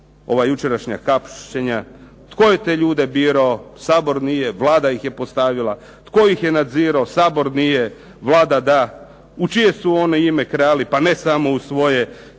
ova jučerašnja hapšenja, tko je te ljude birao. Sabor nije, Vlada ih je postavila. Tko ih je nadzirao? Sabor nije, Vlada da. U čije su oni ime krali, pa ne samo u svoje